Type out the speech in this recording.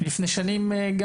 לפני שנים גם